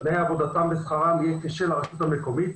תנאי עבודתם ושכרם יהיה כשל הרשות המקומית.